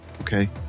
okay